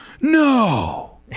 No